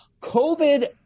COVID